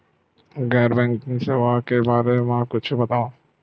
गैर बैंकिंग सेवा के बारे म कुछु बतावव?